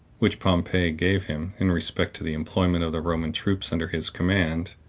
which pompey gave him, in respect to the employment of the roman troops under his command,